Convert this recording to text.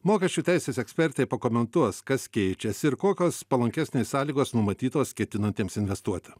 mokesčių teisės ekspertė pakomentuos kas keičias ir kokios palankesnės sąlygos numatytos ketinantiems investuoti